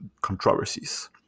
controversies